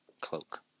cloak